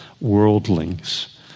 worldlings